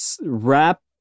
wrap